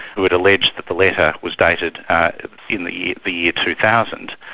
who had alleged that the letter was dated in the the year two thousand,